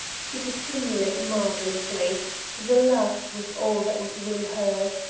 she could simulate marvellously the last was all that was really hers,